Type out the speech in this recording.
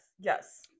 yes